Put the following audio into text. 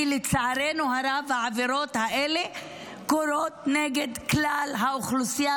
כי לצערנו הרב העבירות האלה קורות נגד כלל האוכלוסייה,